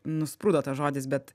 nusprūdo tas žodis bet